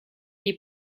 les